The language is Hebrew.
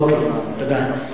אוקיי, תודה.